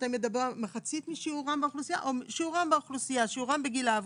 או שיעורם בגיל העבודה?